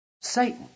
Satan